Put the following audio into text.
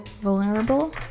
vulnerable